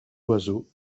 oiseaux